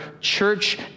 church